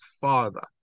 father